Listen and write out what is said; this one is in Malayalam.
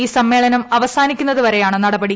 ഈ സമ്മേളനം അവസാനിക്കുന്നതുവരെയാണ് നടപടി